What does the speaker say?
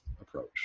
approach